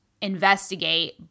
investigate